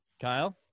Kyle